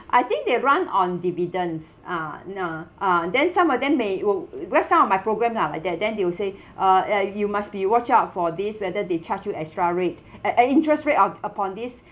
I think they run on dividends ah nah ah then some of them may will where some of my programme lah like that then they will say uh uh you must be watch out for these whether they charge you extra rate at an interest rate of upon this